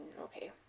okay